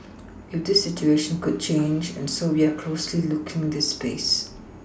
this situation could change and so we are closely looking this space